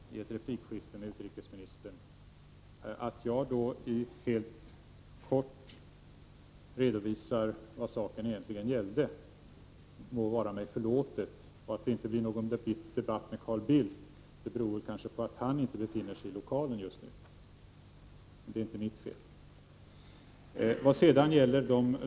Fru talman! Hur det förhåller sig med detta får vi se så småningom. Carl Bildt angrep mig i debatten tidigare i dag, i en replik med utrikesministern, utan att jag hade möjlighet att försvara mig. Att jag då helt kort redovisar vad saken egentligen gällde må vara mig förlåtet. Att det inte blir någon debatt med Carl Bildt beror kanske på att han inte befinner sig i lokalen just nu — men det är inte mitt fel.